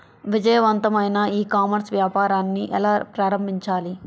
విజయవంతమైన e commerce వ్యాపారాన్ని ఎలా ప్రారంభించాలి?